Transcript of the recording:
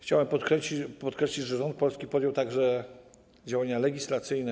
Chciałem podkreślić, że rząd polski podjął także działania legislacyjne.